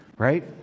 Right